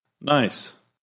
Nice